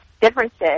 differences